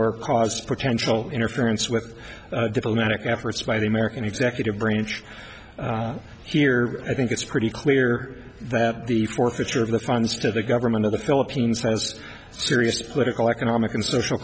or cause potential interference with diplomatic efforts by the american executive branch here i think it's pretty clear that the forfeiture of the funds to the government of the philippines has serious political economic and social